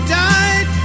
died